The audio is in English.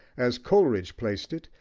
as coleridge placed it,